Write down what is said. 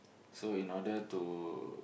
so in order to